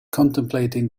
contemplating